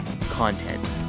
content